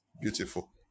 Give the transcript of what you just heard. Beautiful